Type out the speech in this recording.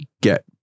get